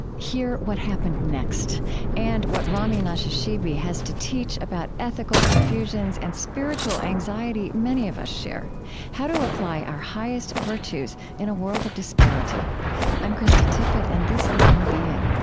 hear what happened next and what rami nashashibi has to teach about ethical confusions and spiritual anxiety many of us share how to apply our highest virtues in a world of disparity i'm krista tippett and this is on being